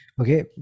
Okay